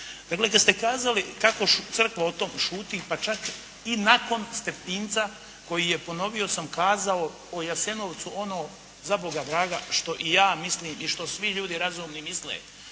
Dakle, kad ste kazali kako Crkva o tom šuti, pa čak i nakon Stepinca koji je ponovio sam kazao o Jasenovcu ono, za Boga draga, što i ja mislim i što svi ljudi razumni misle